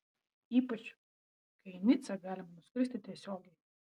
ypač kai į nicą galima nuskristi tiesiogiai